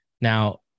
Now